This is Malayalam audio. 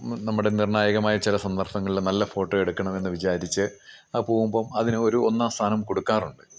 നമ്മുടെ നിർണ്ണായകമായ ചില സന്ദർഭങ്ങളിൽ നല്ല ഫോട്ടോ എടുക്കണമെന്നു വിചാരിച്ച് ആ പോവുമ്പം അതിന് ഒരു ഒന്നാം സ്ഥാനം കൊടുക്കാറുണ്ട്